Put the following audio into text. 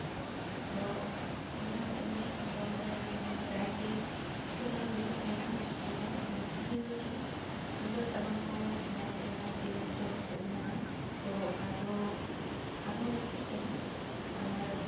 ᱛᱚ ᱚᱱᱟ ᱮᱱᱮᱡ ᱫᱚᱞ ᱨᱮᱱ ᱢᱟᱱᱮ ᱯᱨᱟᱭ ᱜᱮ ᱮᱴᱠᱮᱴᱚᱬᱮ ᱦᱩᱭᱩᱜ ᱛᱟᱦᱮᱱᱟ ᱢᱟᱱᱮ ᱚᱥᱩᱵᱤᱫᱟ ᱚᱥᱩᱵᱤᱫᱟ ᱫᱚ ᱪᱮᱫ ᱛᱩᱢᱫᱟᱹᱜ ᱴᱟᱢᱟᱠ ᱦᱚᱸ ᱵᱟᱝ ᱛᱟᱦᱮᱱᱟ ᱡᱮ ᱢᱤᱫ ᱡᱚᱲ ᱠᱟᱛᱮ ᱢᱮᱱᱟᱜᱼᱟ ᱛᱚ ᱟᱨᱦᱚᱸ ᱟᱨᱦᱚᱸ ᱞᱟᱹᱠᱛᱤᱜ ᱠᱟᱱᱟ ᱟᱨ